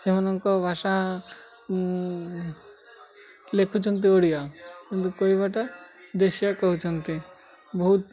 ସେମାନଙ୍କ ଭାଷା ଲେଖୁଛନ୍ତି ଓଡ଼ିଆ କିନ୍ତୁ କହିବାଟା ଦେଶୀୟା କହୁଛନ୍ତି ବହୁତ